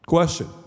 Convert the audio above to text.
Question